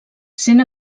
sent